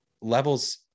levels